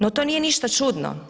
No, to nije ništa čudno.